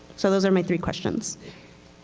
so those are my three questions.